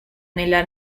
nella